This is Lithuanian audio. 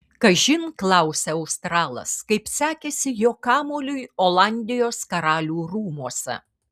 kažin klausia australas kaip sekėsi jo kamuoliui olandijos karalių rūmuose